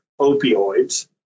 opioids